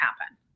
happen